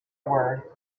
word